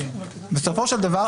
בסופו של דבר,